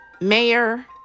mayor